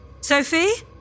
Sophie